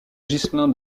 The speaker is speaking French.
ghislain